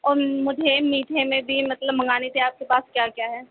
اور مجھے میٹھے میں بھی مطلب منگانے تھے آپ کے پاس کیا کیا ہے